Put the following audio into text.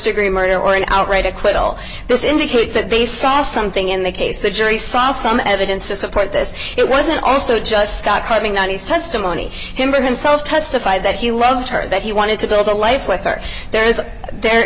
degree murder or an outright acquittal this indicates that they saw something in the case the jury saw some evidence to support this it wasn't also just scott putting on his testimony him or himself testified that he loved her that he wanted to build a life with her there is a there